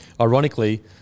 Ironically